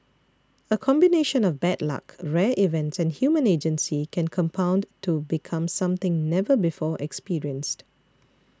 a combination of bad luck rare events and human agency can compound to become something never before experienced